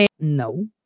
no